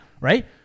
right